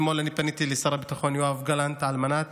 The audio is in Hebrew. אתמול אני פניתי לשר הביטחון יואב גלנט על מנת